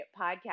podcast